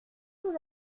vous